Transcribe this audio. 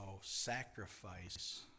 sacrifice